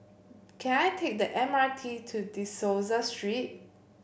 can I take the M R T to De Souza Street